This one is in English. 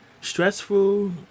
stressful